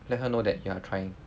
let her know that you are trying